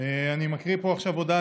אני מקריא פה עכשיו הודעה,